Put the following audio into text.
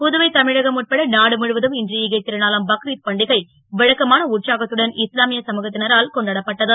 புதுவை தமிழகம் உட்பட நாடு முழுவதும் இன்று சகைத் ருநாளாம் பக்ரித் பண்டிகை வழக்கமான உற்சாகத்துடன் இஸ்லாமிய சமுதாயத் னரால் கொண்டாடப்பட்டது